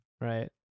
Right